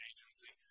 Agency